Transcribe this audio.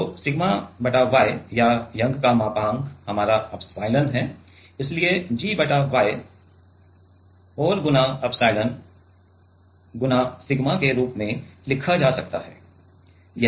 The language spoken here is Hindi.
तो सिग्मा बटा Y या यंग का मापांक हमारा एप्सिलॉन है इसलिए G बटा Y और गुणा एप्सिलॉन गुणा सिग्मा के रूप में लिखा जा सकता है